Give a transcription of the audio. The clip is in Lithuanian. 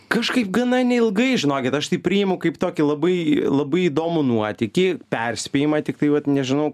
kažkaip gana neilgai žinokit aš tai priimu kaip tokį labai labai įdomų nuotykį perspėjimą tiktai vat nežinau